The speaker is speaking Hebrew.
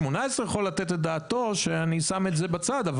ההסכמה יכולה להיות הסכמה ישירה שהיא עדיפה, אבל